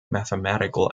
mathematical